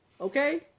okay